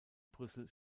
brüssel